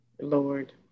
Lord